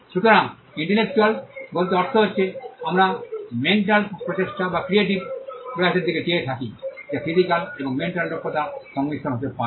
সুতরাং ইন্টেলেকচুয়াল বলতে অর্থ হচ্ছে বা আমরা মেন্টাল প্রচেষ্টা বা ক্রিয়েটিভ প্রয়াসের দিকে চেয়ে থাকি যা ফিজিক্যাল এবং মেন্টাল দক্ষতার সংমিশ্রণ হতে পারে